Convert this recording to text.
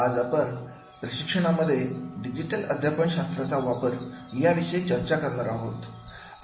आज आपण प्रशिक्षणा मध्ये डिजिटल अध्यापन शास्त्राचा वापर या विषयी चर्चा करणार आहोत